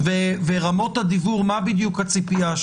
רמות הדיוור מה בדיוק הציפייה?